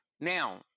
Now